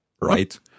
right